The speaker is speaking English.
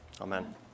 Amen